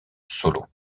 solo